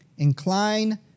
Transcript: incline